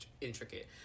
intricate